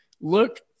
look